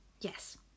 Yes